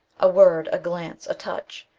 a word, a glance, a touch,